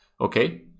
Okay